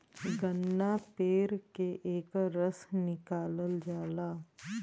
गन्ना पेर के एकर रस निकालल जाला